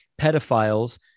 pedophiles